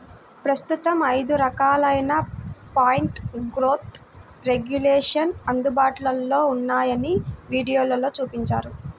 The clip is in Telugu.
ప్రస్తుతం ఐదు రకాలైన ప్లాంట్ గ్రోత్ రెగ్యులేషన్స్ అందుబాటులో ఉన్నాయని వీడియోలో చూపించారు